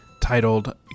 titled